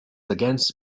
against